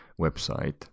website